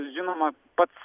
žinoma pats